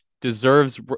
deserves